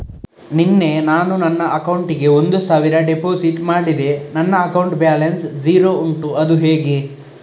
ನಿನ್ನೆ ನಾನು ನನ್ನ ಅಕೌಂಟಿಗೆ ಒಂದು ಸಾವಿರ ಡೆಪೋಸಿಟ್ ಮಾಡಿದೆ ನನ್ನ ಅಕೌಂಟ್ ಬ್ಯಾಲೆನ್ಸ್ ಝೀರೋ ಉಂಟು ಅದು ಹೇಗೆ?